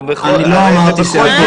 הרי זה בכל דיון --- אז הנה,